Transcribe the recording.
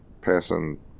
passing